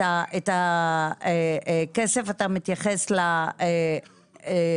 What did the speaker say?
את הכסף, אתה מתייחס ל-0.8%